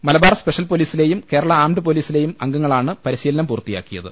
Malabar special പൊലീസിലെയും Kerala armed പൊലീസിലെയും അംഗങ്ങളാണ് പരിശീലനം പൂർത്തിയാക്കിയത്